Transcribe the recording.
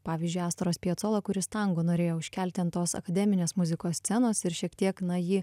pavyzdžiui astro spiacolo kuris tango norėjo užkelti ant tos akademinės muzikos scenos ir šiek tiek na jį